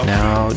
now